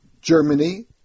Germany